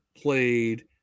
played